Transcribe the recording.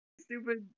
stupid